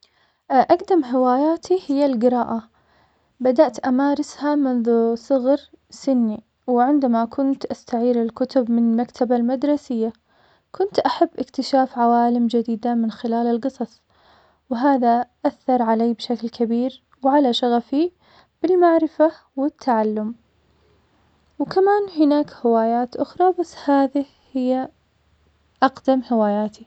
أقدم هواياتي هي القراءة, بدأت أمارسها منذ صغر سني, وعندما كنت أستعير الكتب من المكتبة المدرسية, كنت أحب اكتشاف عوالم جديدة من خلال القصص, وهذا أثر علي بشكل كبير, وعلى شغفي بالمعرفة والتعلم, وكمانهناك هوايات أخرى, بس هذه هي أقدم هواياتي.